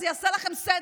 וזה יעשה לכם סדר,